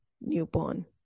newborn